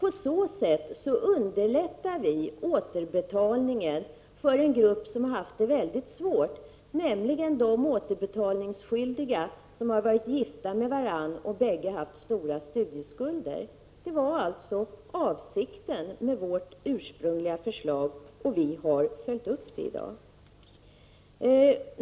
På så sätt underlättar vi återbetalningen för en grupp som har haft det mycket svårt, nämligen de återbetalningsskyldiga som har varit gifta med varandra och bägge haft stora studieskulder. Det var avsikten med vårt ursprungliga förslag, och vi har följt upp det i dag.